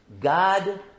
God